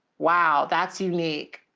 wow. that's unique.